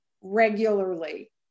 regularly